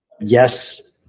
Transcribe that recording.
yes